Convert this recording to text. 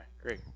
great